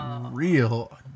real